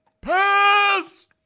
Pass